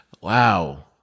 Wow